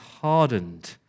hardened